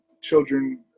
children